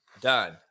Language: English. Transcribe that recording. done